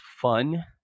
fun